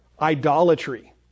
idolatry